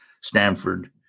Stanford